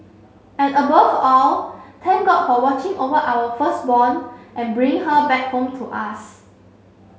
and above all thank god for watching over our firstborn and bring her back home to us